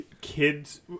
kids